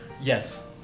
Yes